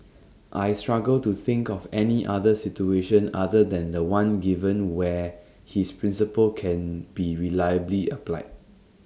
I struggle to think of any other situation other than The One given where his principle can be reliably applied